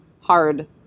hard